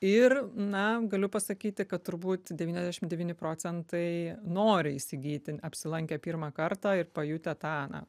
ir na galiu pasakyti kad turbūt devyniasdešim devyni procentai nori įsigyti apsilankę pirmą kartą ir pajutę tą